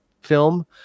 film